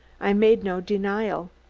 i made no denial.